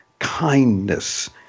kindness